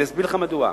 אני אסביר לך מדוע.